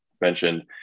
mentioned